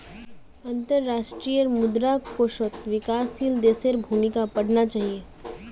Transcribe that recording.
अंतर्राष्ट्रीय मुद्रा कोषत विकासशील देशेर भूमिका पढ़ना चाहिए